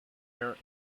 parent